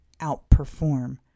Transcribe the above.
outperform